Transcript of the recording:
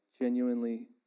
genuinely